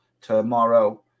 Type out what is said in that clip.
tomorrow